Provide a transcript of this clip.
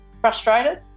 frustrated